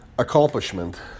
Accomplishment